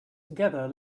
together